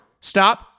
stop